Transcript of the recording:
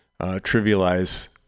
trivialize